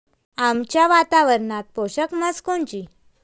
आमच्या वातावरनात पोषक म्हस कोनची?